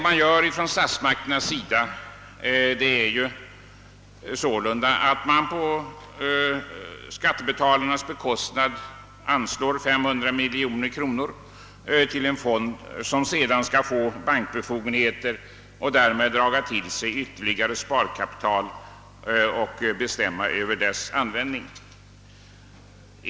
Vad statsmakterna gör är sålunda att de av skattebetalarnas pengar anslår 500 miljoner kronor till en fond som sedan får bankbefogenheter och därmed rätt att dra till sig ytterligare sparkapital och bestämma över dess användning.